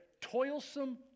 toilsome